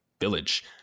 Village